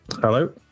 hello